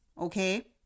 okay